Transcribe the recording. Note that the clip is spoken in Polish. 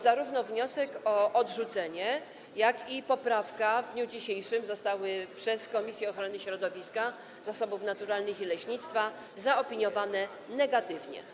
Zarówno wniosek o odrzucenie, jak i poprawka w dniu dzisiejszym zostały przez Komisję Ochrony Środowiska, Zasobów Naturalnych i Leśnictwa zaopiniowane negatywnie.